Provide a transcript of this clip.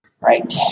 Right